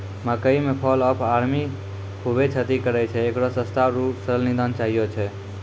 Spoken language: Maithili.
मकई मे फॉल ऑफ आर्मी खूबे क्षति करेय छैय, इकरो सस्ता आरु सरल निदान चाहियो छैय?